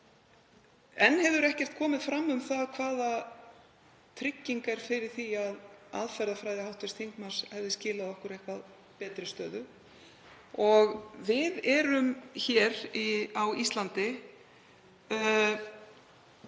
Enn hefur ekkert komið fram um það hvaða trygging er fyrir því að aðferðafræði hv. þingmanns hefði skilað okkur eitthvað betri stöðu. Við hér á Íslandi